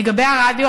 לגבי הרדיו,